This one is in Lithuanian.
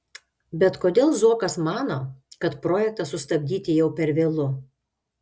bet kodėl zuokas mano kad projektą sustabdyti jau per vėlu